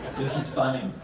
this is funny.